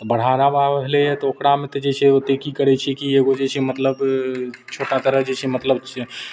बढ़ावा भेलैए तऽ ओकरामे तऽ जे छै ओतय की करै छै कि एगो जे छै मतलब छोटा तरह जे छै मतलब से